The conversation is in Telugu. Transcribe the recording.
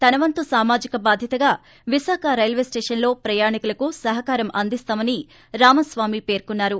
తన వంతు సామాజిక బాధ్యతగా విశాఖ రైల్వేస్టేషన్ లో ప్రయాణీకులకు తమ వంతు సహకారం అందినిస్తామని రాజస్వామి పేర్కొన్నారు